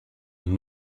and